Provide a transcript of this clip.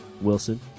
Wilson